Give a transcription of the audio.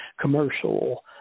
commercial